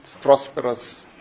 prosperous